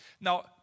Now